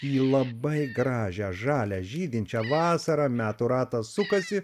į labai gražią žalią žydinčią vasarą metų ratas sukasi